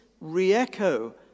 re-echo